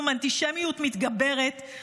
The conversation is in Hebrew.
האנטישמיות מתגברת,